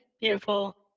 beautiful